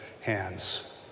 hands